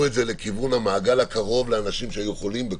את זה למעגל הקרוב של אנשים שהיו חולים בקורונה.